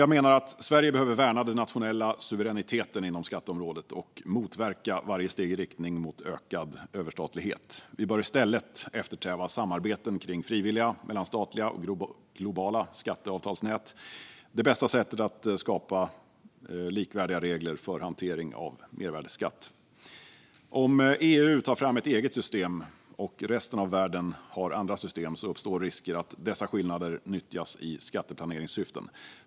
Jag menar att Sverige behöver värna den nationella suveräniteten inom skatteområdet och motverka varje steg i riktning mot ökad överstatlighet. Vi bör i stället eftersträva samarbeten kring frivilliga mellanstatliga och globala skatteavtalsnät. Det är bästa sättet att skapa likvärdiga regler för hantering av mervärdesskatt. Om EU tar fram ett eget system och resten av världen har andra system uppstår risker för att dessa skillnader nyttjas i skatteplaneringssyften.